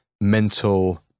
mental